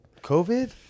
COVID